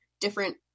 different